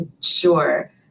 sure